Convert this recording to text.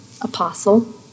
Apostle